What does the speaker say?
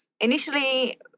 initially